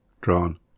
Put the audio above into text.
drawn